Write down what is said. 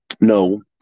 no